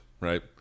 right